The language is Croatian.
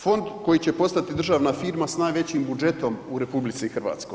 Fond koji će postati državna firma s najvećim budžetom u RH.